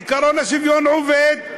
עקרון השוויון עובד,